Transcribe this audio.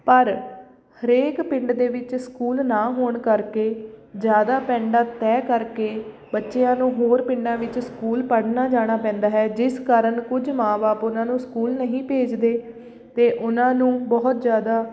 ਪਰ ਹਰੇਕ ਪਿੰਡ ਦੇ ਵਿੱਚ ਸਕੂਲ ਨਾ ਹੋਣ ਕਰਕੇ ਜਿਆਦਾ ਪੈਂਡਾ ਤੈਅ ਕਰਕੇ ਬੱਚਿਆਂ ਨੂੰ ਹੋਰ ਪਿੰਡਾਂ ਵਿੱਚ ਸਕੂਲ ਪੜ੍ਹਨਾ ਜਾਣਾ ਪੈਂਦਾ ਹੈ ਜਿਸ ਕਾਰਨ ਕੁਝ ਮਾਂ ਬਾਪ ਉਹਨਾਂ ਨੂੰ ਸਕੂਲ ਨਹੀਂ ਭੇਜਦੇ ਅਤੇ ਉਹਨਾਂ ਨੂੰ ਬਹੁਤ ਜ਼ਿਆਦਾ